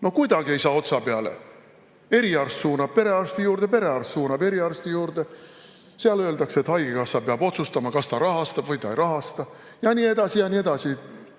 No kuidagi ei saa otsa peale. Eriarst suunab perearsti juurde, perearst suunab eriarsti juurde, seal öeldakse, et haigekassa peab otsustama, kas ta rahastab või ta ei rahasta ja nii edasi ja nii edasi.